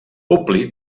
publi